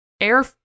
air